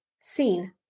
seen